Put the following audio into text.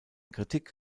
kritik